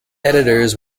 editors